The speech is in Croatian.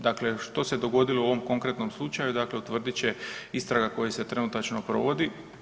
Dakle, što se dogodilo u ovom konkretnom slučaju, dakle utvrdit će istraga koja se trenutačno provodi.